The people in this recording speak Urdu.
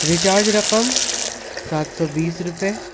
ریچارج رقم سات سو بیس روپئے